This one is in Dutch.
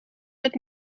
het